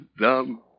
dumb